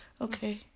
Okay